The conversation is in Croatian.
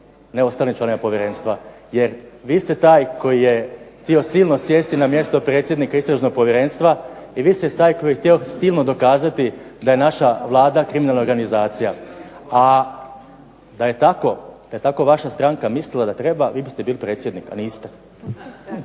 ne ostalim članovima povjerenstva, jer vi ste taj koji je htio silno sjesti na mjesto predsjednika Istražnog povjerenstva, i vi ste taj koji je htio silno dokazati da je naša Vlada kriminalna organizacija. A da je tako, da je tako vaša stranka mislila da treba vi biste bili predsjednik, a niste.